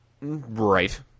Right